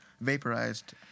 vaporized